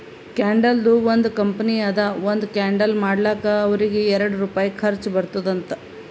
ಕ್ಯಾಂಡಲ್ದು ಒಂದ್ ಕಂಪನಿ ಅದಾ ಒಂದ್ ಕ್ಯಾಂಡಲ್ ಮಾಡ್ಲಕ್ ಅವ್ರಿಗ ಎರಡು ರುಪಾಯಿ ಖರ್ಚಾ ಬರ್ತುದ್ ಅಂತ್